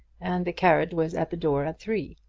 and the carriage was at the door at three.